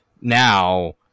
Now